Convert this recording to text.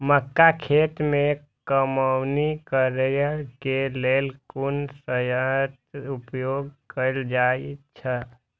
मक्का खेत में कमौनी करेय केय लेल कुन संयंत्र उपयोग कैल जाए छल?